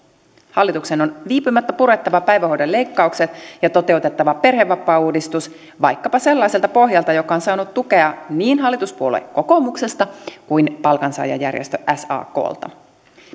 hallituksen on viipymättä purettava päivähoidon leikkaukset ja toteutettava perhevapaauudistus vaikkapa sellaiselta pohjalta joka on saanut tukea niin hallituspuolue kokoomuksesta kuin palkansaajajärjestö saklta